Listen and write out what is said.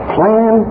Plan